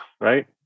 right